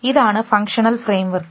ഇതാണ് functional framework